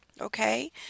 Okay